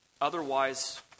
Otherwise